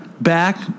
Back